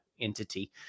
entity